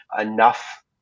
enough